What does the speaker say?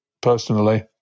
Personally